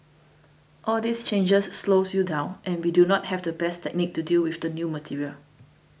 all these changes slows you down and we do not have the best technique to deal with the new material